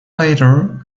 later